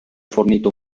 fornito